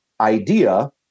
idea